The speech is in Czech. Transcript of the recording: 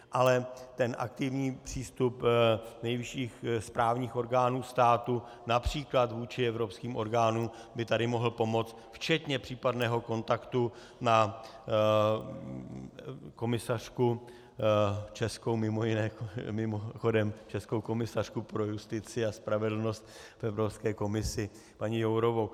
Ale ten aktivní přístup nejvyšších správních orgánů státu například vůči evropským orgánům by tady mohl pomoci včetně případného kontaktu na komisařku českou mimochodem českou komisařku pro justici a spravedlnost v Evropské komisi paní Jourovou.